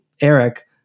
Eric